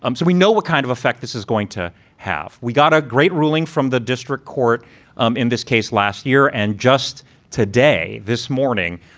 um so we know what kind of effect this is going to have. we got a great ruling from the district court um in this case last year. and just today, this morning,